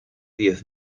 diez